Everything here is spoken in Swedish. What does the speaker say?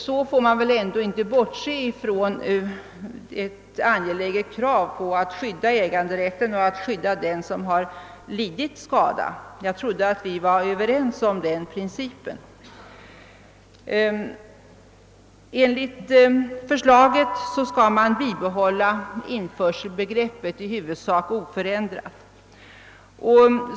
Så får man väl ändå inte bortse från angelägenheten av skydd för äganderätten och skydd för den som lidit skada. Jag trodde att vi var överens om den principen. Enligt förslaget skall man bibehålla införselbegreppet i huvudsak oförändrat.